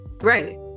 Right